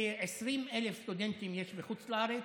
כ-20,000 סטודנטים יש בחוץ לארץ,